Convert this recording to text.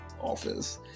office